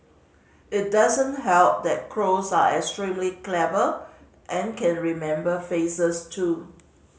it doesn't help that crows are extremely clever and can remember faces too